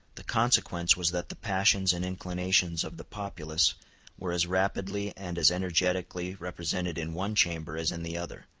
the consequence was that the passions and inclinations of the populace were as rapidly and as energetically represented in one chamber as in the other,